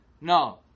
No